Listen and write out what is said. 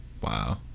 Wow